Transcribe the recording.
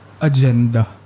agenda